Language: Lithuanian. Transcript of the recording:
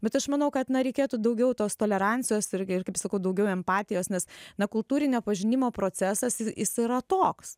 bet aš manau kad na reikėtų daugiau tos tolerancijos irgi ir kaip sakau daugiau empatijos nes nuo kultūrinio pažinimo procesas jis yra toks